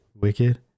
Wicked